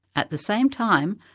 at the same time,